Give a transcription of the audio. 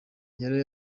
yari